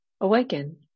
awaken